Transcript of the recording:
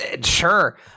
Sure